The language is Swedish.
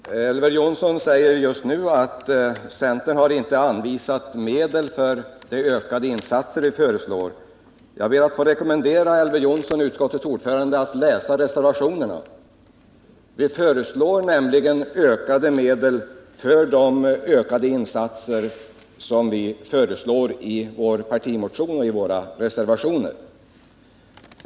Herr talman! Elver Jonsson säger nu att vi från centern inte har anvisat medel för de ökade insatser vi föreslår. Jag ber då att få rekommendera utskottets ordförande att läsa reservationerna. Där föreslår vi nämligen ökade medelsanslag för de insatser som vi föreslår i vår partimotion och i våra reservationer.